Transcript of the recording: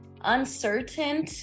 uncertain